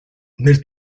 nel